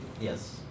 yes